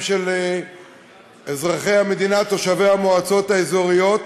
של אזרחי המדינה תושבי המועצות האזוריות,